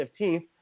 15th